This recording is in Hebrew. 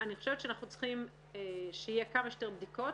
אני חושבת שאנחנו צריכים שיהיו כמה שיותר בדיקות.